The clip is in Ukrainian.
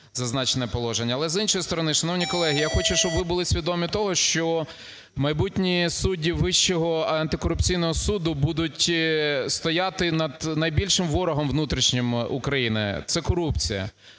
з іншої сторони, шановні колеги, я хочу, щоб ви були свідомі того, що майбутні судді Вищого антикорупційного суду будуть стояти над найбільшим ворогом внутрішнім України – це корупція,